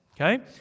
Okay